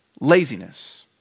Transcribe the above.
laziness